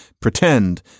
pretend